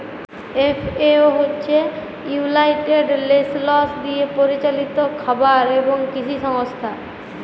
FAO হছে united nations দিয়ে পরিচালিত খাবার এবং কিসি সংস্থা